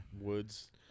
Woods